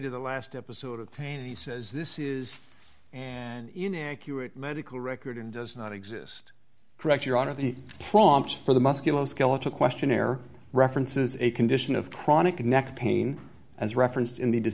of the last episode of pain and he says this is an inaccurate medical record and does not exist correct your out of the prompt for the musculoskeletal questionnaire references a condition of chronic neck pain as reference